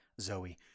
Zoe